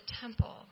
temple